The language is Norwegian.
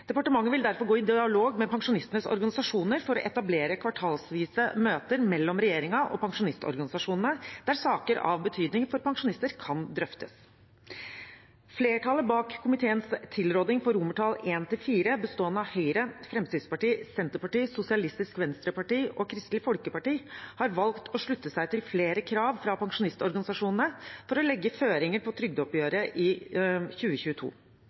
Departementet vil derfor gå i dialog med pensjonistenes organisasjoner for å etablere kvartalsvise møter mellom regjeringen og pensjonistorganisasjonene der saker av betydning for pensjonister kan drøftes. Flertallet bak komiteens tilråding I–IV, bestående av Høyre, Fremskrittspartiet, Senterpartiet, Sosialistisk Venstreparti og Kristelig Folkeparti, har valgt å slutte seg til flere krav fra pensjonistorganisasjonene for å legge føringer for trygdeoppgjøret 2022. En samlet komité stiller seg bak komiteens tilråding V. I